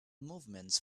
movements